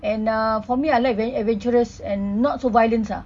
and ah for me I like ad~ adventurous and not so violence ah